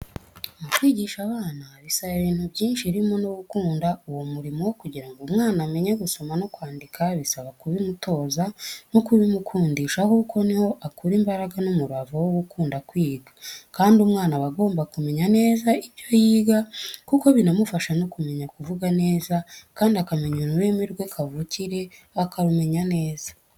Mu kwigisha abana bisaba ibintu byinshi birimo no gukunda uwo murimo, kugira ngo umwana amenye gusoma no kwandika bisaba kubimutoza no kubimukundisha kuko ni ho akura imbaraga n'umurava wo gukunda kwiga, kandi umwana aba agomba kumenya neza ibyo yiga kuko binamufasha no kumenya kuvuga neza kandi akamenya ururimi rwe kavukire, akarumenya neza.